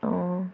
অঁ